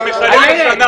מי שלא מכיר,